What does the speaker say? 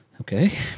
Okay